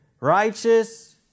righteous